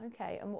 Okay